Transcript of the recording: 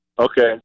Okay